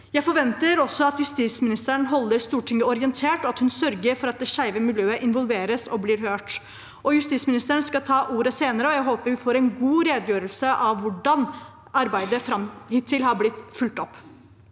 Jeg forventer også at justisministeren holder Stortinget orientert, og at hun sørger for at det skeive miljøet involveres og blir hørt. Justisministeren skal ta ordet senere, og jeg håper vi får en god redegjørelse om hvordan arbeidet hittil har blitt fulgt opp.